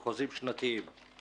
חוזים שנתיים,